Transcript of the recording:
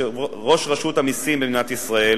שראש רשות המסים במדינת ישראל